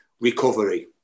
recovery